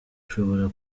bushobora